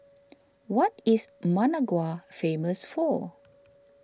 what is Managua famous for